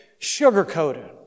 sugarcoated